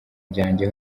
byanjye